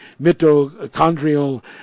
mitochondrial